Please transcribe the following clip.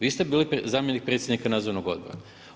Vi ste bili zamjenik predsjednika nadzornog odbora.